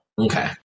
Okay